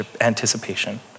anticipation